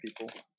people